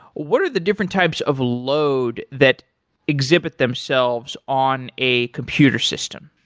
what are the different types of load that exhibit themselves on a computer system?